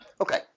Okay